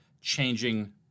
changing